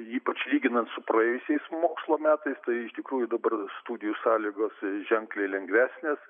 ypač lyginant su praėjusiais mokslo metais tai iš tikrųjų dabar studijų sąlygos ženkliai lengvesnės